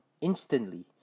Instantly